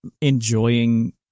enjoying